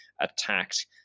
attacked